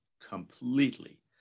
completely